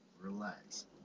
Relax